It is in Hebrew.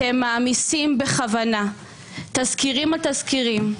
אתם מעמיסים בכוונה תזכירים על תזכירים,